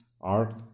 art